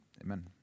amen